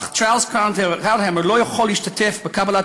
אך צ'רלס קראוטהמר לא יכול להשתתף בקבלת